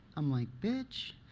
i'm like, bitch.